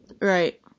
Right